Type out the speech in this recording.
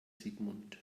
sigmund